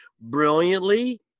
brilliantly